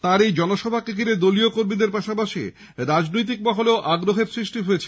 তার এই জনসভাকে ঘিরে দলীয় কর্মীদের পাশাপাশি রাজনৈতিক মহলেও আগ্রহের সৃষ্টি হয়েছে